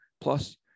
Plus